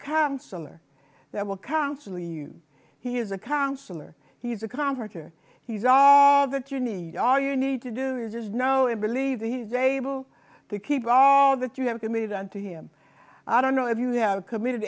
counselor that will constantly you he is a counselor he's a convert or he saw that you need all you need to do is just know and believe that he is able to keep all that you have committed and to him i don't know if you have committed